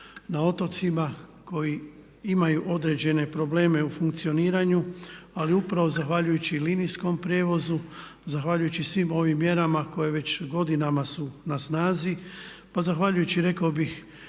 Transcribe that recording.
na otocima, koji imaju određene probleme u funkcioniranju. Ali upravo zahvaljujući linijskom prijevozu, zahvaljujući svim ovim mjerama koje već godinama su na snazi, pa zahvaljujući rekao bih